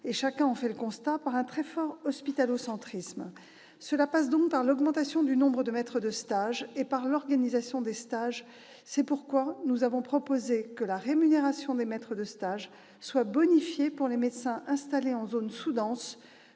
est encore marquée par un très fort « hospitalo-centrisme ». Il convient donc d'augmenter le nombre de maîtres de stage et d'améliorer l'organisation des stages. C'est pourquoi nous avons proposé que la rémunération des maîtres de stage soit bonifiée pour les médecins installés en zone sous-dense